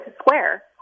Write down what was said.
square